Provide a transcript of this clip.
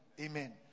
Amen